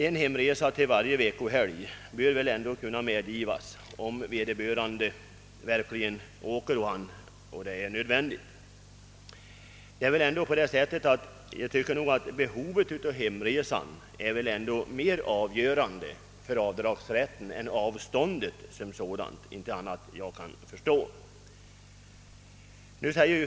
Om vederbörande arbetstagare reser hem och bedömer resan som nödvändig, bör väl ändå avdrag för en resa i veckan kunna medges, Såvitt jag förstår bör också behovet av hemresa vara mer avgörande än avståndet hem för avdragsrätt.